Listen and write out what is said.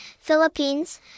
Philippines